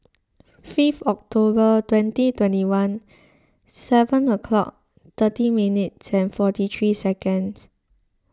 fifth October twenty twenty one seven o'clock thirty minutes forty three seconds